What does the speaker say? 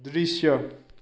दृश्य